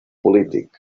polític